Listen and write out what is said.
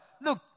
look